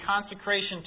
consecration